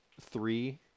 three